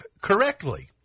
correctly